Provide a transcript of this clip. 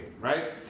right